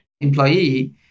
employee